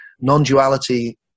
non-duality